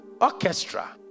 orchestra